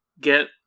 get